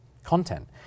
content